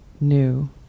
new